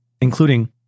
including